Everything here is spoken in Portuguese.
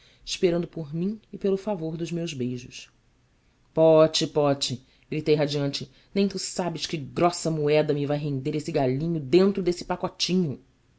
esperando por mim e pelo favor dos meus beijos pote pote gritei radiante nem tu sabes que grossa moeda me vai render esse galhinho dentro desse pacotinho